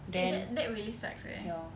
then ya